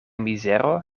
mizero